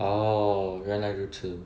orh 原来如此